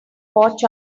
watch